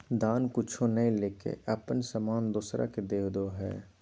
दान कुछु नय लेके अपन सामान दोसरा के देदो हइ